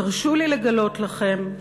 תרשו לי לגלות לכם,